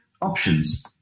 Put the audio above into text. options